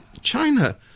China